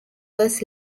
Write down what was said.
was